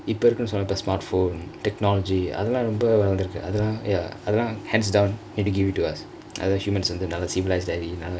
இப்போ சில இதெல்லா:ippo sila ithellaa smartphone technology அதெல்லா ரொம்ப வலந்துருக்கு அதெல்லா:athellaa romba valanthurukku athellaa ya அதெல்லா:athellaa hands down they need to give it to us அது:athu humans எல்லா நல்லா:ellaa nallaa civilized